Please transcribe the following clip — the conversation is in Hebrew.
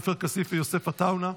עופר כסיף ויוסף עטאונה,